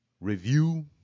review